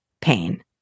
pain